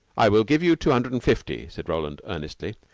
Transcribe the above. i will give you two hundred and fifty, said roland earnestly,